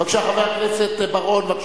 בבקשה, חבר הכנסת בר-און.